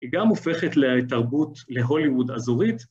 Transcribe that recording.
היא גם הופכת לאי תרבות, להוליווד אזורית.